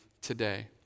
today